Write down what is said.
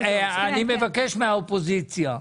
המילים: "ובלבד שעד אותו מועד התקבל חוק התקציב לשנת 2024"